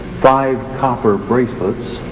five copper bracelets,